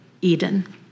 Eden